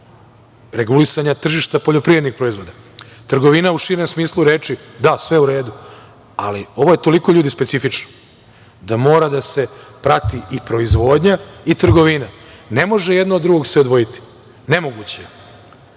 regulisanja tržišta poljoprivrednih proizvoda. Trgovina u širem smislu reči, da, sve u redu, ali ovo je toliko, ljudi, specifično da mora da se prati i proizvodnja i trgovina. Ne može se odvojiti jedno od drugog. Nemoguće je. Kao